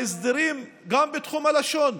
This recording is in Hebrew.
גם בתחום הלשון.